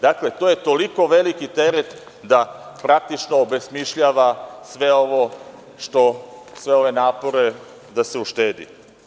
Dakle, to je toliko veliki teret da praktično obesmišljava sve ove napore da se uštedi.